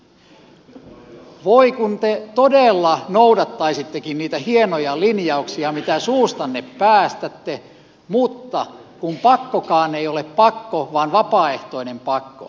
voi kun te todella noudattaisittekin niitä hienoja linjauksia mitä suustanne päästätte mutta kun pakkokaan ei ole pakko vaan vapaaehtoinen pakko